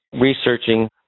researching